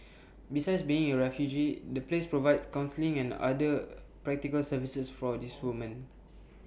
besides being your refuge the place provides counselling and other practical services for these women